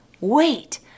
wait